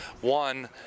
one